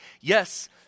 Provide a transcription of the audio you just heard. Yes